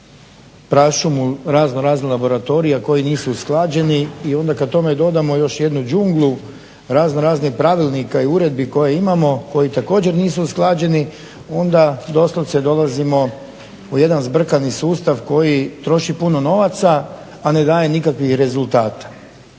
prašumu raznoraznih laboratorija koji nisu usklađeni i onda kada tome dodamo još jednu džunglu raznoraznih pravilnika i uredbi koje imamo i koje također nisu usklađeni onda doslovce dolazimo u jedan zbrkani sustav koji troši puno novaca, a ne daje nikakvih rezultata.